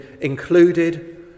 included